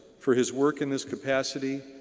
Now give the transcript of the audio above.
for his work in this capacity,